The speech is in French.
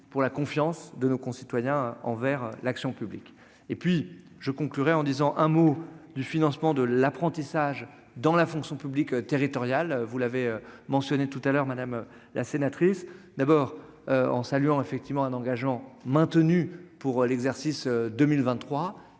pour la confiance de nos concitoyens envers l'action publique et puis je concluerai en disant un mot du financement de l'apprentissage dans la fonction publique territoriale, vous l'avez mentionné tout à l'heure, madame la sénatrice d'abord en saluant effectivement un engageant maintenu pour l'exercice 2023